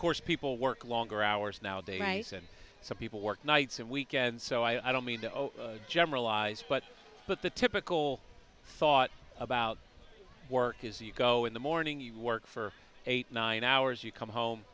course people work longer hours now days rights and some people work nights and weekends so i don't mean to generalize but but the typical thought about work is you go in the morning you work for eight nine hours you come home